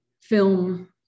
film